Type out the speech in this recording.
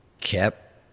kept